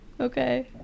okay